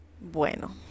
bueno